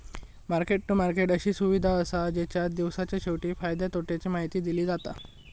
market to market अशी सुविधा असा जेच्यात दिवसाच्या शेवटी फायद्या तोट्याची माहिती दिली जाता